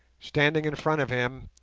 standing in front of him,